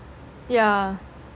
yeah